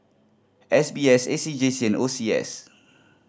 S B S A C J C and O C S